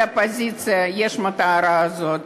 שלאופוזיציה יש את המטרה הזאת,